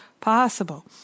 possible